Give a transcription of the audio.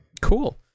Cool